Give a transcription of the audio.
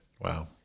wow